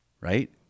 right